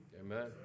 Amen